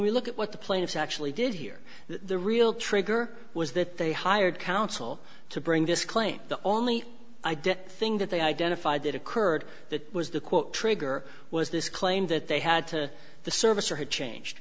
we look at what the plaintiffs actually did here the real trigger was that they hired counsel to bring this claim the only i didn't thing that they identified that occurred that was the quote trigger was this claim that they had to the service or had changed